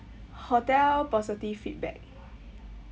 hotel positive feedback